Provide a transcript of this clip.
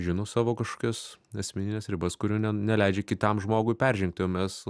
žinau savo kažkokias asmenines ribas kurių ne neleidžia kitam žmogui peržengti o mes